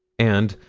and,